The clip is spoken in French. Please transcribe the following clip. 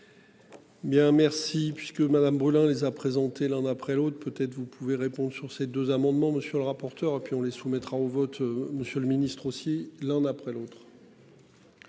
Merci.